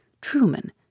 Truman